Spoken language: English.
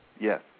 Yes